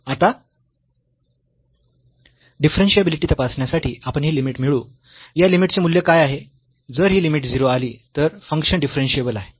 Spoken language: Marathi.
आता डिफरन्शिबिलीटी तपासण्यासाठी आपण ही लिमिट मिळवू या लिमिटचे मूल्य काय आहे जर ही लिमिट 0 आली तर फंक्शन डिफरन्शियेबल आहे